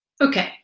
Okay